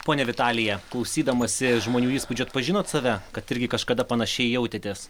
ponia vitalija klausydamasi žmonių įspūdžių atpažinot save kad irgi kažkada panašiai jautėtės